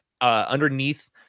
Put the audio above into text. underneath